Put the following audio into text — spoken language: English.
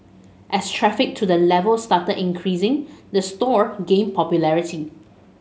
as traffic to the level started increasing the store gained popularity